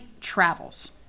travels